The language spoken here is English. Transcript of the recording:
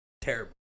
Terrible